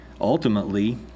ultimately